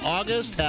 August